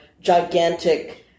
gigantic